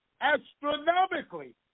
astronomically